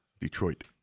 Detroit